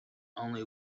only